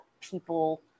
people